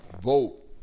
Vote